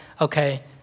okay